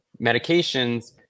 medications